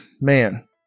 man